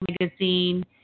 magazine